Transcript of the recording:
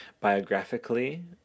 Biographically